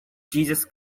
jesus